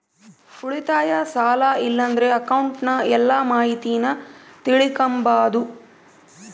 ಉಳಿತಾಯ, ಸಾಲ ಇಲ್ಲಂದ್ರ ಅಕೌಂಟ್ನ ಎಲ್ಲ ಮಾಹಿತೀನ ತಿಳಿಕಂಬಾದು